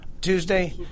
Tuesday